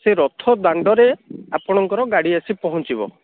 ସେ ରଥ ଦାଣ୍ଡରେ ଆପଣଙ୍କର ଗାଡ଼ି ଆସି ପହଞ୍ଚିବ